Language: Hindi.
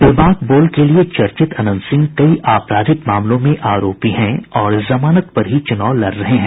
बेबाक बोल के लिए चर्चित अनंत सिंह कई आपराधिक मामलों में आरोपी हैं और जमानत पर ही चुनाव लड़ रहे हैं